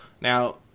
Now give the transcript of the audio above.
Now